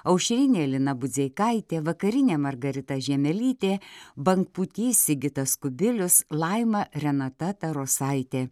aušrinė lina budzeikaitė vakarinė margarita žiemelytė bangpūtys sigitas kubilius laima renata tarosaitė